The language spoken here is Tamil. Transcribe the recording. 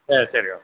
சரி சரி வாங்க